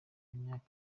imyaka